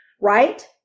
right